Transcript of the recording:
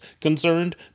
Concerned